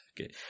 Okay